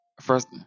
First